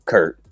Kurt